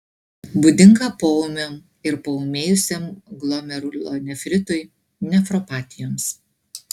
būdinga poūmiam ir paūmėjusiam glomerulonefritui nefropatijoms